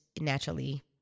naturally